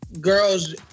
girls